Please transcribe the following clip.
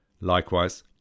Likewise